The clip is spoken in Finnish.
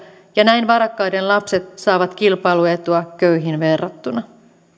ja näin varakkaiden lapset saavat kilpailuetua köyhiin verrattuna